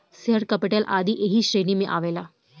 share capital आदी ऐही श्रेणी में आवेला